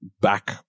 back